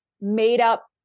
made-up